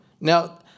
Now